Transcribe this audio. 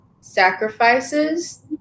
sacrifices